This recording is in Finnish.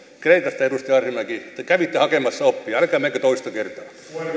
kreikasta edustaja arhinmäki te kävitte hakemassa oppia älkää menkö toista kertaa